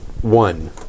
one